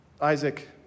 Isaac